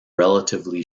relatively